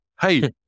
Hey